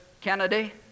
Kennedy